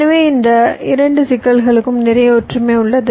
எனவே இந்த 2 சிக்கல்களுக்கும் நிறைய ஒற்றுமை உள்ளது